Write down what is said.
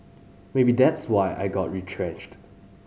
maybe that's why I got retrenched